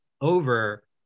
over